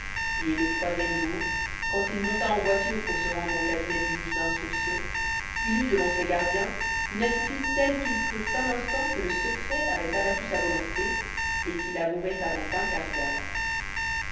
et le troisième jour quand il monta en voiture pour se rendre au cabinet du juge d'instruction il eut devant ses gardiens une attitude telle qu'ils crurent un instant que le secret avait abattu sa volonté et qu'il avouerait avant un quart d'heure